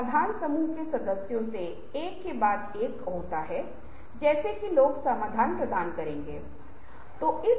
आप सूर्य के नीचे किसी भी विचार के साथ आ रहे हैं जो किसी शब्द या किसी भी तरह के संबंध में आपके दिमाग में आता है